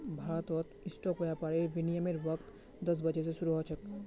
भारतत स्टॉक व्यापारेर विनियमेर वक़्त दस बजे स शरू ह छेक